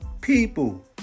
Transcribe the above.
people